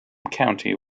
county